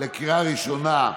לקריאה ראשונה,